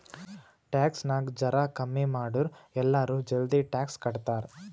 tax ನಾಗ್ ಜರಾ ಕಮ್ಮಿ ಮಾಡುರ್ ಎಲ್ಲರೂ ಜಲ್ದಿ ಟ್ಯಾಕ್ಸ್ ಕಟ್ತಾರ್